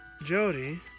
Jody